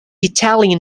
italian